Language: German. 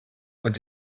und